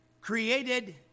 created